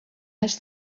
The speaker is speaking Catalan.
més